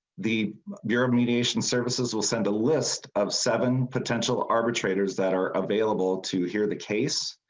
the euro mediation services will send a list of seven potential arbitrators that are available to hear the case.